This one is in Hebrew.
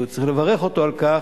וצריך לברך אותו על כך,